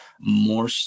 more